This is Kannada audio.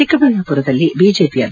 ಚಿಕ್ಕಬಳ್ಳಾಪುರದಲ್ಲಿ ಬಿಜೆಪಿಯ ಬಿ